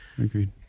Agreed